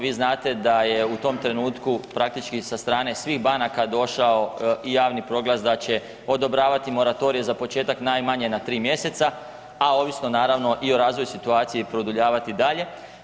Vi znate da je u tom trenutku praktički sa strane svih banaka došao i javni proglas da će odobravati moratorije za početak najmanje na 3 mjeseca, a ovisno naravno i o razvoju situacije i produljavati dalje.